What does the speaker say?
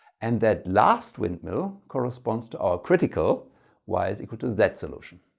and that last windmill corresponds to our critical y is equal to z solution.